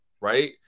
right